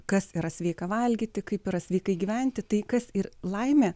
kas yra sveika valgyti kaip yra sveikai gyventi tai kas ir laimė